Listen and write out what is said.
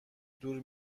دور